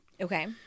Okay